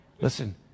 Listen